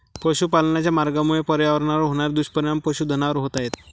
पशुपालनाच्या मार्गामुळे पर्यावरणावर होणारे दुष्परिणाम पशुधनावर होत आहेत